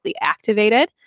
activated